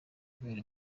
kubera